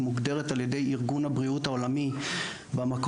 היא מוגדרת על ידי ארגון הבריאות העולמי במקום